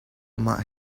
amah